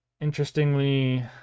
Interestingly